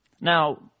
Now